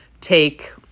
take